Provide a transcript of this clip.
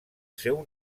seu